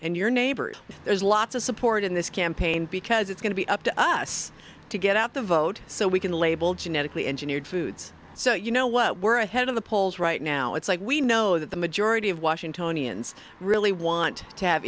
and your neighbors there's lots of support in this campaign because it's going to be up to us to get out the vote so we can label genetically engineered foods so you know what we're ahead of the polls right now it's like we know that the majority of washingtonians really want to have